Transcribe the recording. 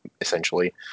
essentially